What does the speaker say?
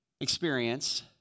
experience